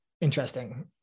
Interesting